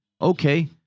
Okay